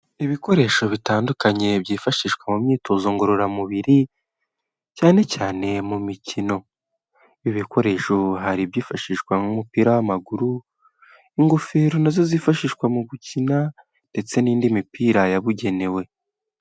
Ibikoresho bitandukanye byifashishwa mu myitozo ngororamubiri, cyane cyane mu mikino, ibi bikoresho hari ibyifashishwa nk'umupira w'amaguru, ingofero nazo zifashishwa mu gukina, ndetse n'indi mipira yabugenewe.